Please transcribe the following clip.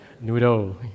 Noodle